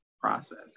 process